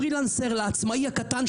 לפרילנסר, לעצמאי הקטן.